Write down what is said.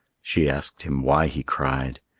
she asked him why he cried,